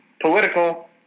political